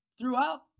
throughout